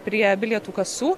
prie bilietų kasų